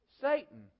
Satan